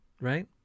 Right